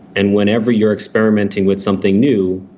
and whenever you're experimenting with something new,